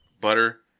butter